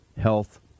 Health